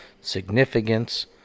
significance